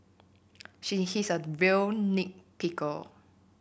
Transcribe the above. she he is a real nit picker